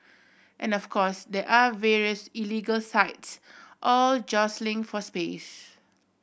and of course there are various illegal sites all jostling for space